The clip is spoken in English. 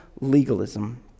legalism